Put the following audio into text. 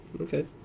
Okay